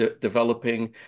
developing